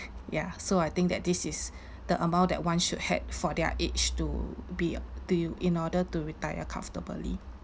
ya so I think that this is the amount that [one] should had for their age to be to you in order to retire comfortably